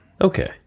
Okay